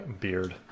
beard